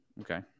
okay